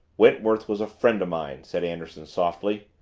wentworth was a friend of mine, said anderson softly.